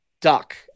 duck